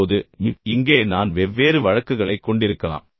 இப்போது இங்கே நான் வெவ்வேறு வழக்குகளைக் கொண்டிருக்கலாம்